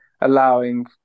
allowing